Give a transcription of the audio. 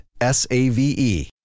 S-A-V-E